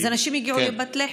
אנשים הגיעו לפת לחם,